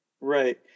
Right